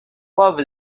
love